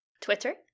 Twitter